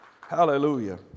Hallelujah